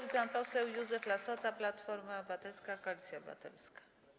I pan poseł Józef Lassota, Platforma Obywatelska - Koalicja Obywatelska.